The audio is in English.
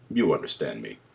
you understand me.